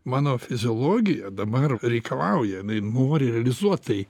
mano fiziologija dabar reikalauja jinai nori realizuot tai